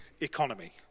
economy